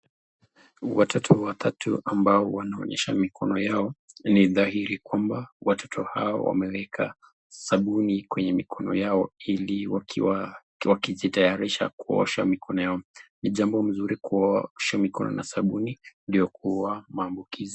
Watoto wadogo ambao wanaonyesha mikono yao ni dhahiri kwamba wamebandika sabuni kwa mikono yao ili wakijitayarisha mikono yao, ni jambo nzuri kuosha mikono na sabuni ili kuua maambukizi.